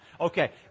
Okay